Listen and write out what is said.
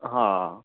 હા